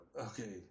Okay